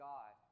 God